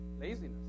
laziness